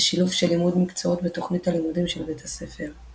ושילוב של לימוד מקצועות בתוכנית הלימודים של בית הספר.